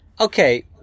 Okay